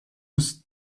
was